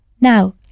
Now